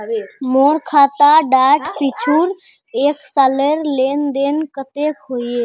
मोर खाता डात पिछुर एक सालेर लेन देन कतेक होइए?